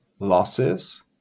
losses